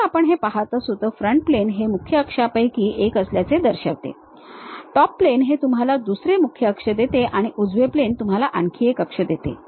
जर आपण हे पाहत असू तर फ्रंट प्लेन हे मुख्य अक्षांपैकी एक असल्याचे दर्शवते टॉप प्लेन हे तुम्हाला दुसरे मुख्य अक्ष देते आणि उजवे प्लेन तुम्हाला आणखी एक अक्ष देते